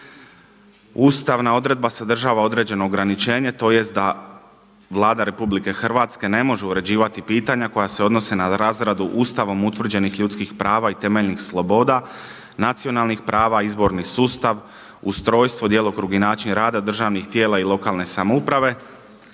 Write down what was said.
Ustavna odredba sadržava određeno ograničenje, tj. da Vlada Republike Hrvatske ne može uređivati pitanja koja se odnose na razradu Ustavom utvrđenih ljudskih prava i temeljnih sloboda, nacionalnih prava, izborni sustav, ustrojstvo, djelokrug i način rada državnih tijela i lokalne samouprave,